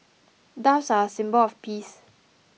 doves are a symbol of peace